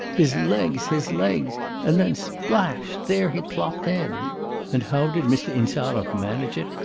his legs, his legs and then splash there he plopped in and how did mr. insarov manage it?